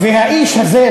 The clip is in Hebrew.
והאיש הזה,